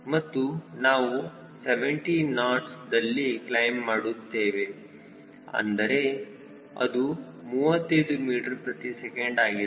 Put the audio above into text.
ಮತ್ತು ನಾವು 70 ನಾಟ್ಸ್ ದಲ್ಲಿ ಕ್ಲೈಮ್ ಮಾಡುತ್ತೇವೆ ಅಂದರೆ ಅದು 35 ಮೀಟರ್ ಪ್ರತಿ ಸೆಕೆಂಡ್ ಆಗಿದೆ